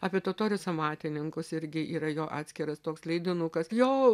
apie totorius amatininkus irgi yra jo atskiras toks leidinukas jo